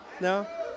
No